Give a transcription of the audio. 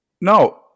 No